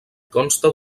consta